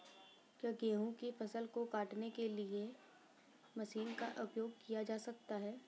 क्या गेहूँ की फसल को काटने के लिए कटर मशीन का उपयोग किया जा सकता है?